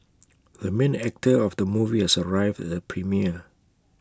the main actor of the movie has arrived at the premiere